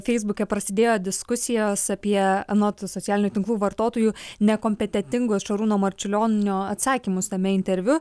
feisbuke prasidėjo diskusijos apie anot socialinių tinklų vartotojų nekompetentingus šarūno marčiulionio atsakymus tame interviu